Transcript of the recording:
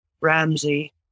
Ramsey